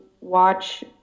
watch